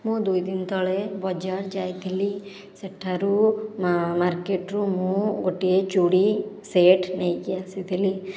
ମୁଁ ଦୁଇ ଦିନ ତଳେ ବଜାର ଯାଇଥିଲି ସେଠାରୁ ମାର୍କେଟରୁ ମୁଁ ଗୋଟିଏ ଚୁଡ଼ି ସେଟ ନେଇକି ଆସିଥିଲି